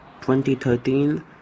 2013